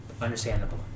understandable